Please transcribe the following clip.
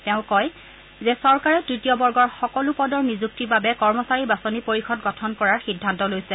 তেওঁ কয় যে চৰকাৰে তৃতীয় বৰ্গৰ সকলো পদৰ নিযুক্তিৰ বাবে কৰ্মচাৰী বাচনি পৰিষদ গঠন কৰাৰ সিদ্ধান্ত লৈছে